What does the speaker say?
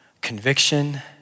conviction